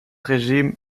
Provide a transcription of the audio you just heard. regime